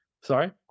sorry